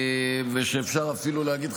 ואפשר אפילו להגיד,